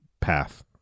path